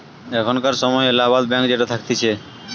এখানকার সময় এলাহাবাদ ব্যাঙ্ক যেটা থাকতিছে